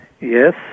Yes